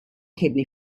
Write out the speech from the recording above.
kidney